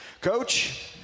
Coach